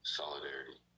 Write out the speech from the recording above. solidarity